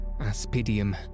Aspidium